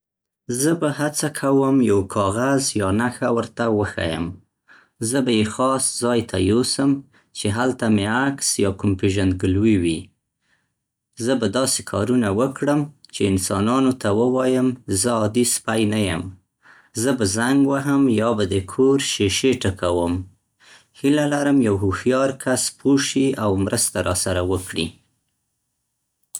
زه به هڅه کوم یو کاغذ یا نښه ور ته وښيم. زه به يې خاص ځای ته یوسم چې هلته مې عکس یا کوم پیژندګلوي وي. زه به داسې کارونه وکړم چې انسانانو ته ووایم زه عادي سپی نه یم. زه به زنګ وهم یا به د کور شیشې ټکوم. هېله لرم یو هوښیار کس پوه شي او مرسته راسره وکړي.